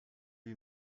you